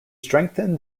strengthen